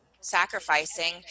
sacrificing